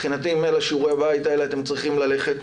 מבחינתי עם שיעורי הבית האלה אתם צריכים ללכת.